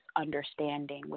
understanding